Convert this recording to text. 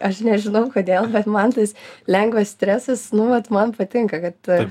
aš nežinau kodėl bet man tas lengvas stresas nu vat man patinka kad